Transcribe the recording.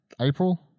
April